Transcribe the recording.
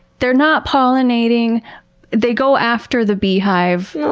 they're not pollinating they go after the beehive,